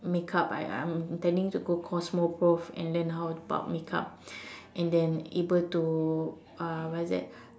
makeup right I I'm intending to go Cosmoprof and learn how about makeup and then able to uh what's that